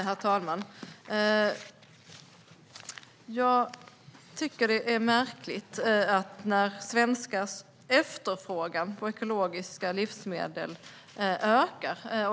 Herr talman! Svenskars efterfrågan på ekologiska livsmedel ökar.